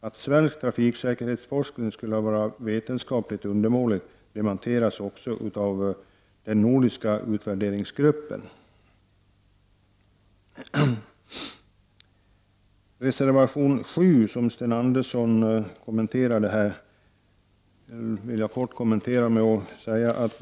Att svensk trafiksäkerhetsforskning skulle vara vetenskapligt undermålig dementeras också av den nordiska utvärderingsgruppen. Jag vill kort kommentera reservation 7, som Sten Andersson tog upp.